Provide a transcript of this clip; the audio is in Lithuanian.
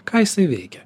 ką jisai veikia